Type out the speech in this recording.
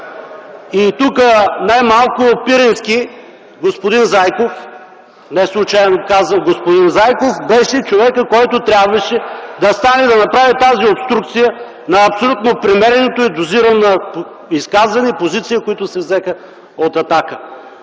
И тук най-малко Пирински, господин Заеков – неслучайно казвам господин Заеков, беше човекът, който трябваше да стане и да направи тази обструкция на абсолютно премереното и дозирано изказване. Позиции, които се взеха от „Атака”.